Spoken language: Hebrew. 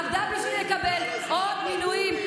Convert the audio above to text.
עבדה בשביל לקבל עוד מינויים,